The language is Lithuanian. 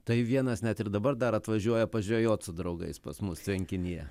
tai vienas net ir dabar dar atvažiuoja pažvejot su draugais pas mus tvenkinyje